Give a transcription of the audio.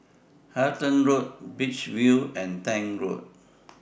Halton Road Beach View and Tank Road